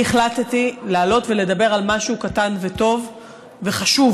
אני החלטתי לעלות ולדבר על משהו קטן וטוב וחשוב,